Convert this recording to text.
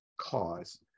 cause